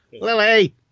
Lily